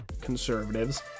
conservatives